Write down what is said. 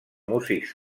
músics